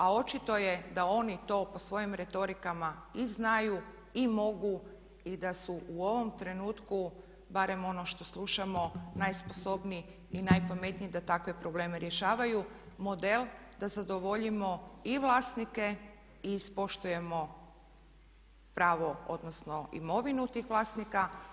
A očito je da oni to po svojim retorikama i znaju i mogu i da su u ovom trenutku barem ono što slušamo najsposobniji i najpametniji da takve probleme rješavaju, model da zadovoljimo i vlasnike i ispoštujemo pravo odnosno imovinu tih vlasnika.